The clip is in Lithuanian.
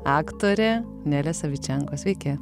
aktorė nelė savičenko sveiki